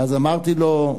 ואז אמרתי לו: